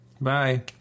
Bye